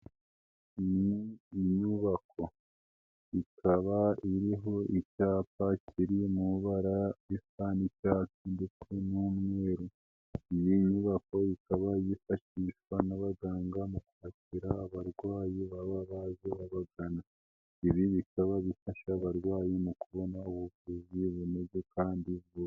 Ni inyubako ikaba iriho icyapa kiri mu ibara risa n'icyatsi ndetse n'umweru, iyi nyubako ikaba yifashishwa n'abaganga mu kwakira abarwayi baba baje bagana, ibi bikaba bifasha abarwayi mu kubona ubuvuzi bunoze kandi vuba.